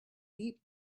deep